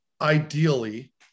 ideally